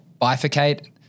bifurcate